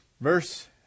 Verse